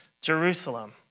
Jerusalem